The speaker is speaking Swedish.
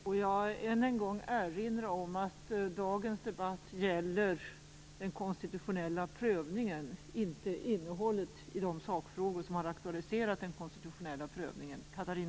Får jag än en gång erinra om att dagens debatt gäller den konstitutionella prövningen och inte innehållet i de sakfrågor som har akutaliserat den konstitutionella prövningen.